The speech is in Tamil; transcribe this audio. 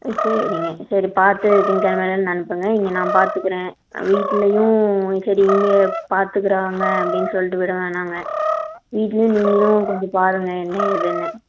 சரிங்க சரி பார்த்து திங்கக்கிழமையிலருந்து அனுப்புங்க இங்கேநான் பார்த்துக்கிறேன் வீட்டிலையும் சரி இங்கே பார்த்துக்குறாங்க அப்படின்னு சொல்லிட்டு விடவேணாங்க வீட்லேயும் நீங்களும் கொஞ்சம் பாருங்கள் என்ன ஏதுன்னு